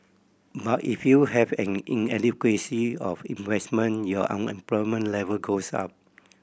but if you have an inadequacy of investment your unemployment level goes up